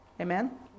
amen